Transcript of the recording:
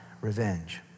revenge